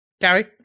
Gary